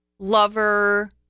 Lover